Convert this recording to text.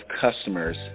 customers